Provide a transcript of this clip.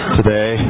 today